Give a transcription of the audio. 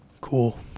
Cool